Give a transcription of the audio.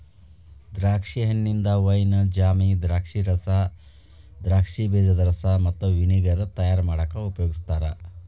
ದ್ರಾಕ್ಷಿ ಹಣ್ಣಿಂದ wine, jam, ದ್ರಾಕ್ಷಿರಸ, ದ್ರಾಕ್ಷಿ ಬೇಜದ ರಸ ಮತ್ತ ವಿನೆಗರ್ ತಯಾರ್ ಮಾಡಾಕ ಉಪಯೋಗಸ್ತಾರ